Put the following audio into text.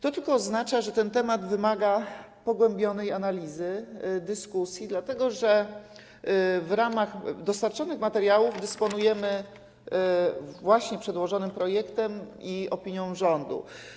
To tylko oznacza, że ten temat wymaga pogłębionej analizy, dyskusji, dlatego że w ramach dostarczonych materiałów dysponujemy właśnie przedłożonym projektem i opinią rządu.